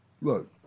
Look